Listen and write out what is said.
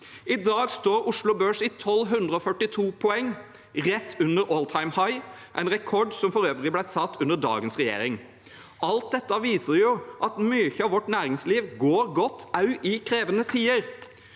I dag står Oslo Børs i 1 242 poeng, rett under «all time high» – en rekord som for øvrig ble satt under dagens regjering. Alt dette viser at mye av vårt næringsliv går godt, også i krevende tider.